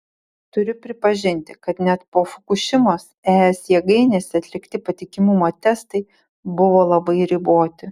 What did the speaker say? turiu pripažinti kad net po fukušimos es jėgainėse atlikti patikimumo testai buvo labai riboti